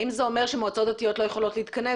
האם זה אומר שמועצות דתיות לא יכולות להתכנס?